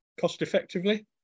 cost-effectively